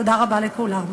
תודה רבה לכולם.